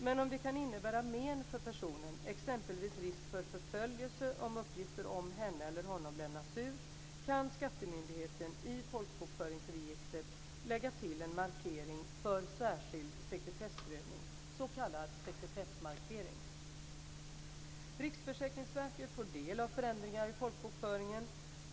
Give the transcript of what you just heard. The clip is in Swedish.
Men om det kan innebära men för personen, exempelvis risk för förföljelse om uppgifter om henne eller honom lämnas ut, kan skattemyndigheten i folkbokföringsregistret lägga till en markering för särskild sekretessprövning, s.k. sekretessmarkering. Riksförsäkringsverket får del av förändringar i folkbokföringen.